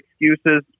excuses